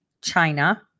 China